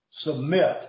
submit